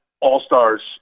all-stars